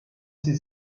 sie